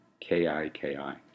K-I-K-I